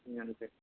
ꯂꯤꯁꯤꯡ ꯌꯥꯡꯈꯩ